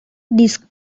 disc